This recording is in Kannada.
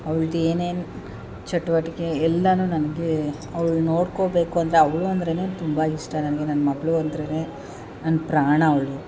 ಅವ್ಳದೇನೇನು ಚಟುವಟಿಕೆ ಎಲ್ಲವೂ ನನಗೆ ಅವ್ಳ ನೋಡ್ಕೋಬೇಕು ಅಂದರೆ ಅವಳು ಅಂದ್ರೆ ತುಂಬ ಇಷ್ಟ ನನಗೆ ನನ್ನ ಮಗಳು ಅಂದ್ರೆ ನನ್ನ ಪ್ರಾಣ ಅವಳು